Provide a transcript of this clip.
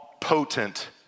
potent